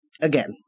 Again